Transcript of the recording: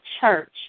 church